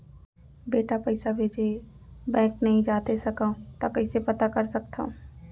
बेटा पइसा भेजे हे, बैंक नई जाथे सकंव त कइसे पता कर सकथव?